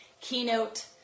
keynote